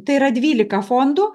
tai yra dvylika fondo